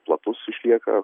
platus išlieka